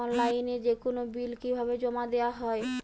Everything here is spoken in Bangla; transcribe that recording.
অনলাইনে যেকোনো বিল কিভাবে জমা দেওয়া হয়?